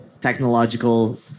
technological